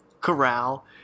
corral